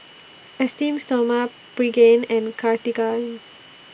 Esteem Stoma Pregain and Cartigain